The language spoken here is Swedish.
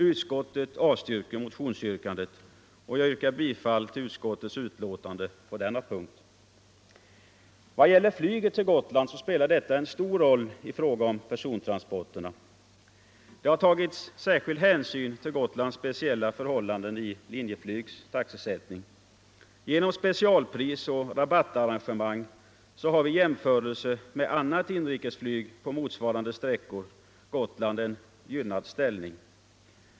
Utskottsmajoriteten avstyrker motionsyrkandet. Jag yrkar bifall till utskottets hemställan på denna punkt. Vad gäller flyget till Gotland vill jag framhålla att detta spelar en stor roll i fråga om persontransporterna. Det har tagits särskild hänsyn till Gotlands speciella förhållanden i Linjeflygs taxesättning. Genom specialpris och rabattarrangemang har vid jämförelse med annat inrikesflyg på motsvarande sträckor Gotland en gynnad ställning.